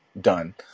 done